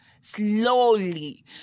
slowly